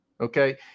okay